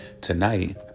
tonight